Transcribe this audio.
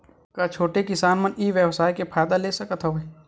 का छोटे किसान मन ई व्यवसाय के फ़ायदा ले सकत हवय?